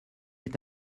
est